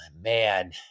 Man